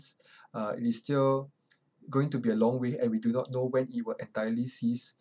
uh it is still going to be a long way and we do not know when it will entirely cease